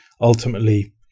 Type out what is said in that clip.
ultimately